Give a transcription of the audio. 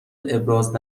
ابراز